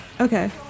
okay